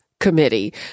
committee